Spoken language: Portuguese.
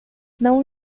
não